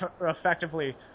effectively